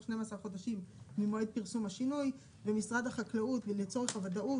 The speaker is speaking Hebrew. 12 חודשים ממועד פרסום השינוי ומשרד החקלאות ולצורך הוודאות